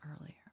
earlier